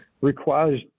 requires